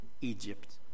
Egypt